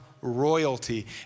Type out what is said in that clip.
royalty